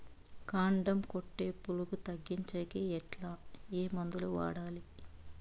కాండం కొట్టే పులుగు తగ్గించేకి ఎట్లా? ఏ మందులు వాడాలి?